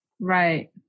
Right